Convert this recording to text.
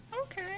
okay